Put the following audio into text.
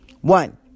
One